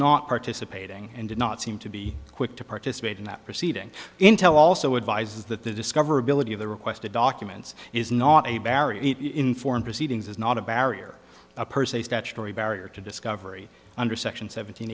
not participating and did not seem to be quick to participate in that proceeding intel also advises that the discoverability of the requested documents is not a barrier in foreign proceedings is not a barrier per se statutory barrier to discovery under section seven